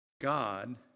God